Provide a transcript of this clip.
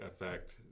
effect